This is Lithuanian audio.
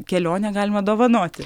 kelionę galima dovanoti